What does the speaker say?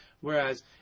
Whereas